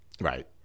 Right